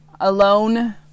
alone